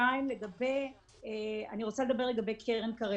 שנית, אני רוצה לדבר על קרן קרב.